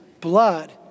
blood